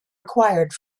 acquired